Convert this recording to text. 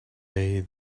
day